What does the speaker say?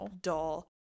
dull